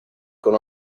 con